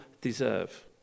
deserve